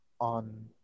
on